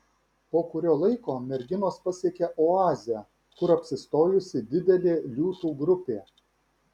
po kurio laiko merginos pasiekia oazę kur apsistojusi didelė liūtų grupė